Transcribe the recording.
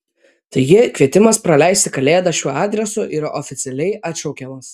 taigi kvietimas praleisti kalėdas šiuo adresu yra oficialiai atšaukiamas